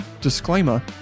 disclaimer